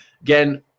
Again